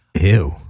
Ew